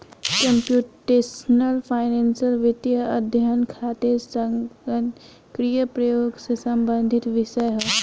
computational finance वित्तीय अध्ययन खातिर संगणकीय प्रयोग से संबंधित विषय ह